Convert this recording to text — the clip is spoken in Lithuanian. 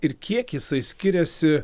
ir kiek jisai skiriasi